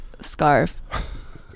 scarf